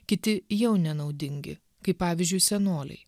kiti jau nenaudingi kaip pavyzdžiui senoliai